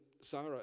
Sarah